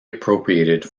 appropriated